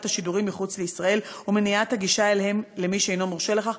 השידורים מחוץ לישראל ומניעת הגישה אליהם למי שאינו מורשה לכך.